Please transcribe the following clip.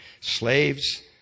Slaves